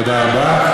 תודה רבה.